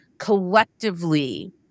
collectively